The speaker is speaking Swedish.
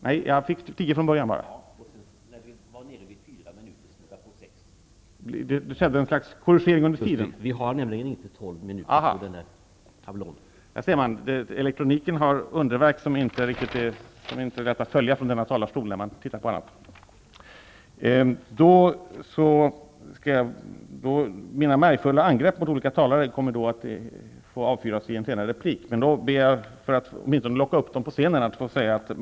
Herr talman! Med elektroniken sker det underverk som inte är så lätta att följa i denna talarstol. Mina märgfulla angrepp mot olika talare kommer att få avfyras i en senare replik. För att åtminstone locka upp mina meddebattörer på scenen ber jag att få avsluta med följande.